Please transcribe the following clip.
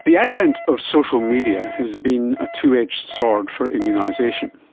the advent of social media has been a two-edged sword for immunisation.